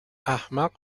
احمق